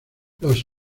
los